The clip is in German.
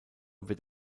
wird